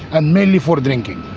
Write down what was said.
and mainly for drinking.